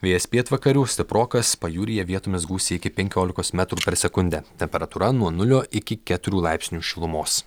vėjas pietvakarių stiprokas pajūryje vietomis gūsiai iki penkiolikos metrų per sekundę temperatūra nuo nulio iki keturių laipsnių šilumos